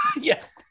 Yes